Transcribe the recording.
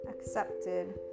accepted